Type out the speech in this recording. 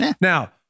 Now